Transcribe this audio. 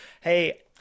hey